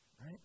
Right